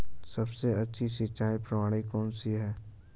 सबसे अच्छी सिंचाई प्रणाली कौन सी है?